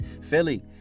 Philly